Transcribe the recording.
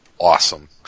awesome